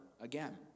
again